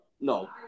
No